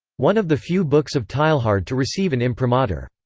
one of the few books of teilhard to receive an imprimatur.